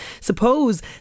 suppose